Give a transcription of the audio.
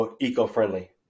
eco-friendly